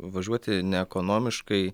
važiuoti neekonomiškai